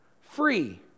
free